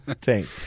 tank